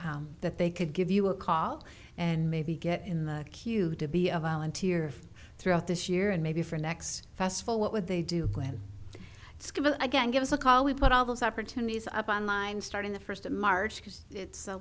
that they could give you a call and maybe get in the queue to be a volunteer throughout this year and maybe for next festival what would they do when it's given again give us a call we put all those opportunities up on line starting the first of march because it's a